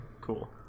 cool